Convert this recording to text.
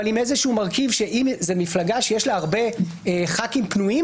ועם איזה מרכיב שזו מפלגה שיש לה הרבה "חברי כנסת פנויים",